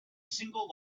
single